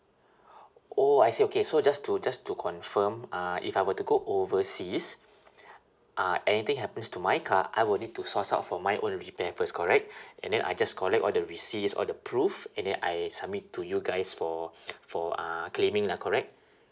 oh I see okay so just to just to confirm uh if I were to go overseas uh anything happens to my car I will need to source out for my own repair first correct and then I just collect all the receipts all the proof and then I submit to you guys for for uh claiming lah correct